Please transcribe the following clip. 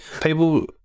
people